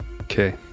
okay